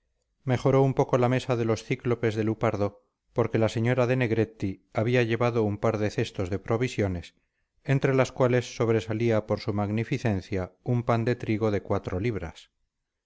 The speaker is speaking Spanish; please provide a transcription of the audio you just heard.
mejoró un poco la mesa de los cíclopes de lupardo porque la señora de negretti había llevado un par de cestos de provisiones entre las cuales sobresalía por su magnificencia un pan de trigo de cuatro libras